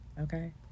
okay